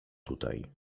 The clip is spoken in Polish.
tutaj